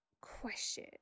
question